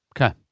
Okay